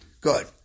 Good